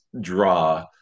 draw